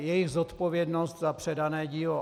Jejich zodpovědnost za předané dílo.